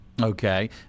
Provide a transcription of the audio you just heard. Okay